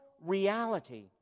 reality